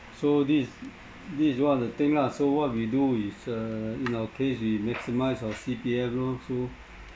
so this is this is one of the thing lah so what we do is uh in our case we maximise our C_P_F lor so